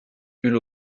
hull